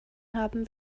haben